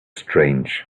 strange